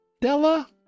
Della